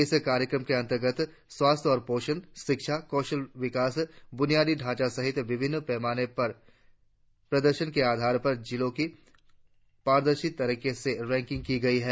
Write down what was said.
इस कार्यक्रम के अंतर्गत स्वास्थ्य और पोषण शिक्षा कौशल विकास ब्रनियादी ढांचा सहित विभिन्न पैमानों पर प्रदर्शन के आधार पर जिलों की पारदर्शी तरीके से रैंकिंग की गई है